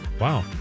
wow